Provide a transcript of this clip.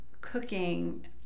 cooking